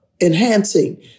enhancing